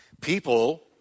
People